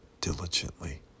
diligently